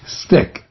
stick